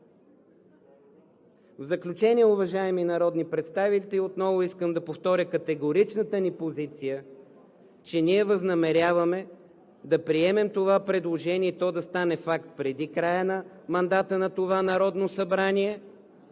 В заключение, уважаеми народни представители, отново искам за повторя категоричната ни позиция, че ние възнамеряваме да приемем това предложение, то да стане факт преди края на мандата на това Народно събрание,